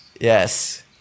Yes